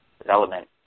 development